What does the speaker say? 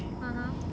(uh huh)